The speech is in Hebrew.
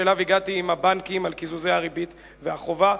שאליו הגעתי עם הבנקים על קיזוזי הריבית והחובה,